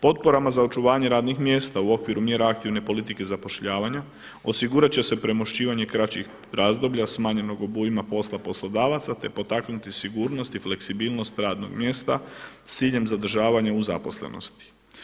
Potporama za očuvanje radnih mjesta u okviru mjera aktivne politike zapošljavanja osigurat će se premošćivanje kraćih razdoblja smanjenog obujma posla poslodavaca, te potaknuti sigurnost i fleksibilnost radnog mjesta s ciljem zadržavanja u zaposlenosti.